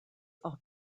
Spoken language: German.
auch